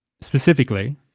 specifically